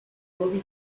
bobby